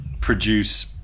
produce